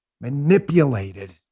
manipulated